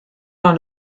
dans